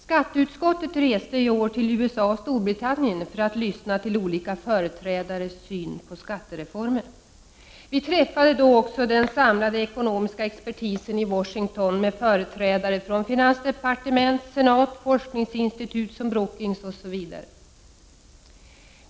Skatteutskottet reste i år till USA och Storbritannien för att lyssna till olika företrädares syn på skattereformer. Vi träffade då också den samlade ekonomiska expertisen i Washington med företrädare från finansdepartement, senat, forskningsinstitut som Brookings osv.